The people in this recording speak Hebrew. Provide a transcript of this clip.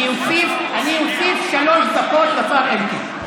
אני אוסיף שלוש דקות לשר אלקין.